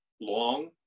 long